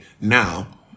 now